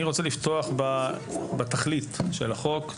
אני רוצה לפתוח בתכלית של החוק.